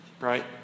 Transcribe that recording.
right